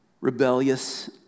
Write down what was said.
Rebellious